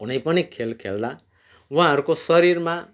कुनै पनि खेल खेल्दा उहाँहरूको शरीरमा